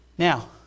Now